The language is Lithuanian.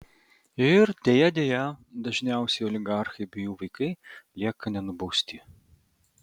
ir deja deja dažniausiai oligarchai bei jų vaikai lieka nenubausti